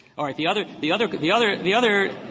all right. the other the other but the other the other